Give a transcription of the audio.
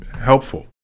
helpful